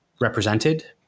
represented